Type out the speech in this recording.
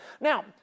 Now